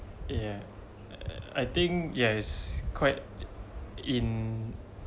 ya err I think yes quite in